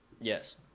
Yes